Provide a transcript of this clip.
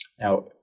Now